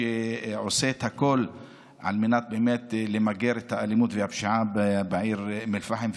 שעושה הכול כדי למגר את האלימות והפשיעה בעיר אום אל-פחם.